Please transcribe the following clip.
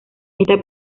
esta